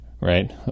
right